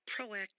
proactive